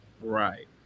Right